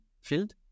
field